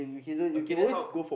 okay then how